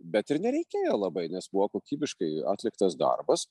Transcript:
bet ir nereikėjo labai nes buvo kokybiškai atliktas darbas